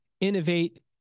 Innovate